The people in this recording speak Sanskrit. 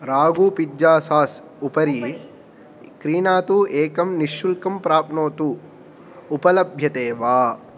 रागू पिज्जा सास् उपरि क्रीणातु एकं निश्शुल्कं प्राप्नोतु उपलभ्यते वा